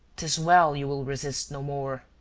tis well you will resist no more.